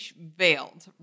veiled